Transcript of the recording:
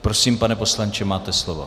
Prosím, pane poslanče, máte slovo.